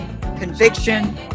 conviction